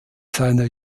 seiner